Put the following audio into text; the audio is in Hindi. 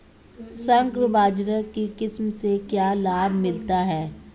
संकर बाजरा की किस्म से क्या लाभ मिलता है?